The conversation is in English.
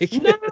no